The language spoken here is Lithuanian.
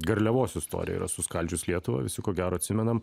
garliavos istorija yra suskaldžius lietuvą visi ko gero atsimenam